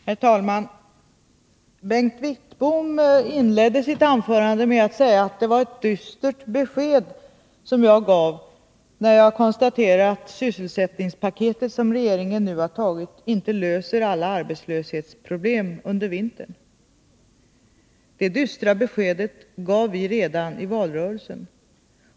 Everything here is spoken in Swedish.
Herr talman! Bengt Wittbom inledde sitt anförande med att säga att det var ett dystert besked som jag gav när jag konstaterade att det sysselsättningspaket som regeringen nu har antagit inte löser alla arbetslöshetsproblem under vintern. Det dystra beskedet gav vi redan i valrörelsen.